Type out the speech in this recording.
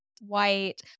white